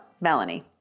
Melanie